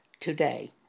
today